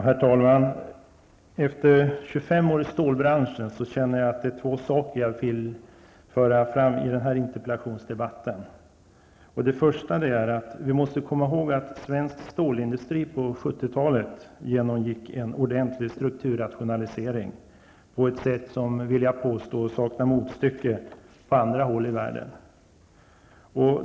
Herr talman! Efter 25 år i stålbranschen känner jag att två saker måste föras fram i den här interpellationsdebatten. Den första är att vi måste komma ihåg att svensk stålindustri på 1970-talet genomgick en ordentlig strukturrationalisering på ett sätt som, vill jag påstå, saknar motstycke på andra håll i världen.